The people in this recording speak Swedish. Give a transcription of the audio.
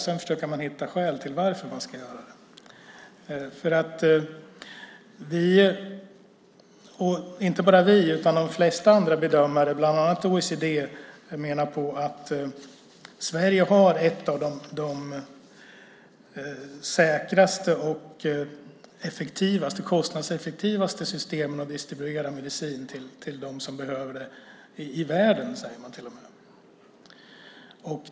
Sedan försöker man hitta skäl till varför man ska göra det. Inte bara vi utan de flesta andra bedömare, bland annat OECD, menar att Sverige har ett av de säkraste och kostnadseffektivaste systemen att distribuera medicin till dem som behöver det, i världen säger man till och med.